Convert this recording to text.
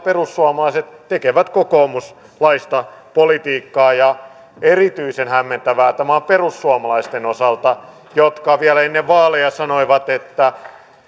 perussuomalaiset tekevät kokoomuslaista politiikkaa ja erityisen hämmentävää tämä on perussuomalaisten osalta jotka vielä ennen vaaleja sanoivat että